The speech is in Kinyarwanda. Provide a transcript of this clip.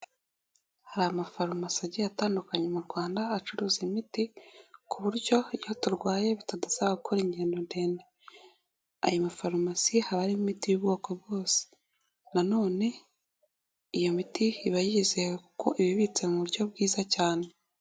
Hari amafarumasi agiye atandukanye mu Rwanda acuruza imiti ku buryo iyo turwaye bitadusaba gukora ingendo ndende, ayo mafarumasi aba arimo imiti y'ubwoko bwose nanone iyo miti iba yizewe kuko iba ibitse mu buryo bwiza cyane.